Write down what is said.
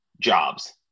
jobs